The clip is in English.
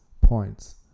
points